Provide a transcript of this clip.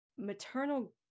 maternal